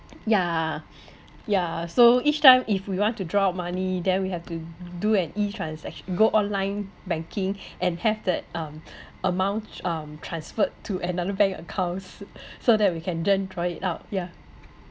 yeah yeah so each time if we want to draw out money then we have to do an E transact~ go online banking and have that um amount um transferred to another bank accounts so that we can then draw it out yeah